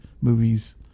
Movies